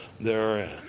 therein